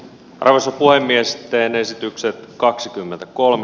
arvoisa puhemies teen esityksen kaksikymmentäkolme